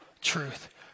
truth